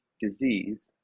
disease